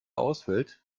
ausfällt